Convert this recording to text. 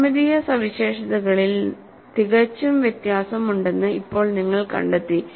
ജ്യാമിതീയ സവിശേഷതകളിൽ തികച്ചും വ്യത്യാസമുണ്ടെന്ന് ഇപ്പോൾ നിങ്ങൾ കണ്ടെത്തി